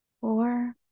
four